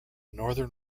northern